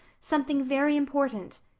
something very important.